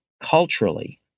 culturally